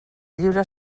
lliure